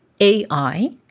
AI